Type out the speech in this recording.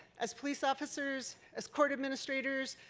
as police officers, as court administrators,